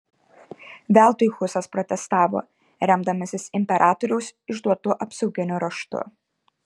veltui husas protestavo remdamasis imperatoriaus išduotu apsauginiu raštu